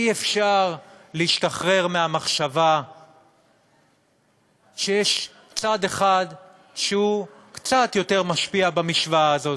אי-אפשר להשתחרר מהמחשבה שיש צד אחד שהוא קצת יותר משפיע במשוואה הזאת,